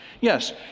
Yes